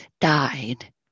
died